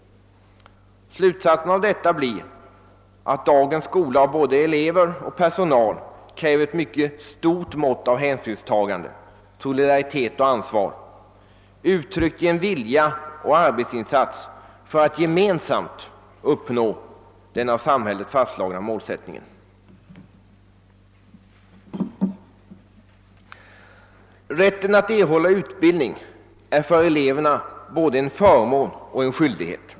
Slutsatsen av detta blir att dagens skola av både elever och personal kräver ett mycket stort mått av hänsynstagande, solidaritet och ansvar, uttryckt i en vilja till och en arbetsinsats för att gemensamt fullfölja den av samhället fastslagna målsättningen. Rätten att erhålla utbildning är för eleverna både en förmån och en skyldighet.